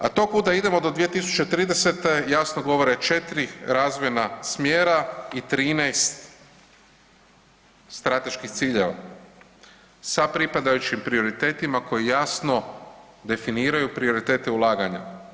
A to kuda idemo do 2030. jasno govore 4 razvojna smjera i 13 strateških ciljeva sa pripadajućim prioritetima koji jasno definiraju prioritete ulaganja.